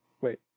Wait